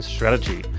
Strategy